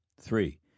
Three